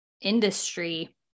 industry